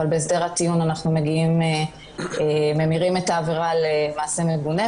אבל בהסדר הטיעון אנחנו ממירים את העבירה למעשה מגונה,